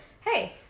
hey